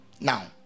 Now